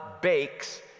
bakes